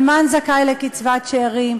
אלמן זכאי לקצבת שאירים,